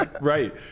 Right